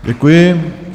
Děkuji.